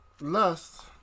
lust